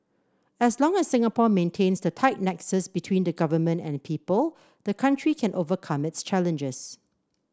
as long as Singapore maintains the tight nexus between the government and people the country can overcome its challenges